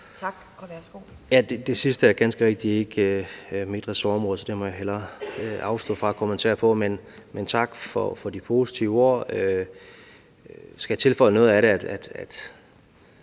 (Dan Jørgensen): Det sidste er ganske rigtig ikke mit ressortområde, så det må jeg hellere afstå fra at kommentere på – men tak for de positive ord. Skal jeg tilføje noget, er det, at